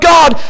God